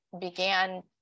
began